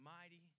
mighty